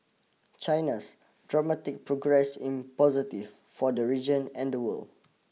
China's dramatic progress in positive for the region and the world